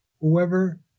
...whoever